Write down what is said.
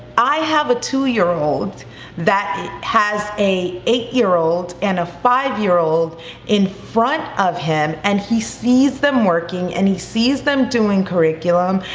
i have a two year old that has a eight year old and a five year old in front of him, and he sees them working and he sees them doing curriculum,